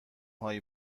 هایی